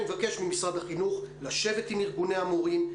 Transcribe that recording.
אני מבקש ממשרד החינוך לשבת עם שני ארגוני המורים: